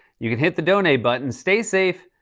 you can hit the donate button. stay safe,